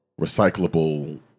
recyclable